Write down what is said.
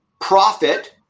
profit